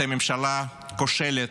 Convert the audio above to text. אתם ממשלה כושלת.